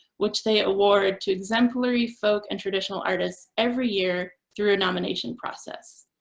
which they award to exemplary folk and traditional artists every year through a nomination process.